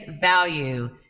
value